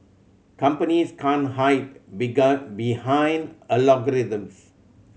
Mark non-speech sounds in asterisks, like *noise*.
companies can't hide *unintelligible* behind algorithms